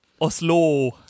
Oslo